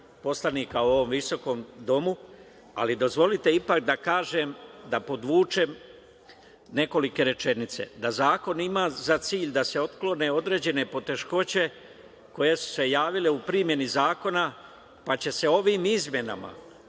poslanika u ovom visokom domu, ali mi dozvolite da kažem, da podvučem nekoliko rečenica. Zakon ima za cilj da se otklone određene poteškoće koje su se javile u primeni zakona, pa će se ovim izmenama